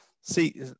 see